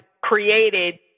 created